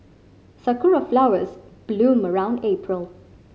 sakura flowers bloom around April